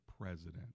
president